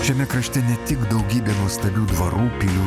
šiame krašte ne tik daugybė nuostabių dvarų pilių